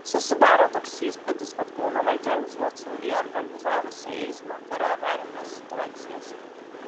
susidaro toks įspūdis kad kauno valdžia užuot saugiai organizavus eismą kuria avarines situacijas